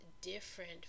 different